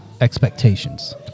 expectations